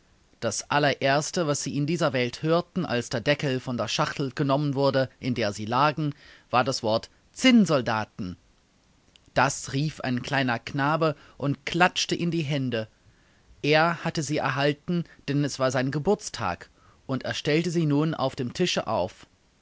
das allererste was sie in dieser welt hörten als der deckel von der schachtel genommen wurde in der sie lagen war das wort zinnsoldaten das rief ein kleiner knabe und klatschte in die hände er hatte sie erhalten denn es war sein geburtstag und er stellte sie nun auf dem tische auf